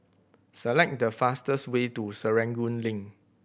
select the fastest way to Serangoon Link